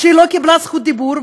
כשהיא לא קיבלה זכות דיבור,